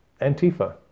Antifa